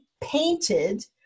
painted